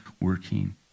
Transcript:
working